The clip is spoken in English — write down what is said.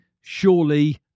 surely